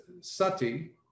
sati